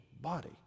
body